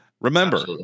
Remember